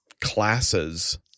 classes